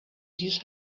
these